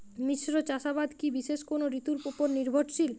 মিশ্র চাষাবাদ কি বিশেষ কোনো ঋতুর ওপর নির্ভরশীল?